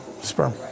sperm